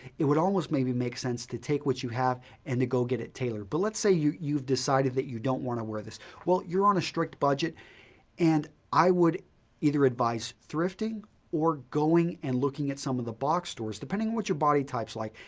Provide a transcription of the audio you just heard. it would almost maybe make sense to take what you have and to go get it tailored. but let's say you've decided that you don't want to wear this. well, you're on a strict budget and i would either advice thrifting or going and looking at some of the box stores, depending on what your body type is like,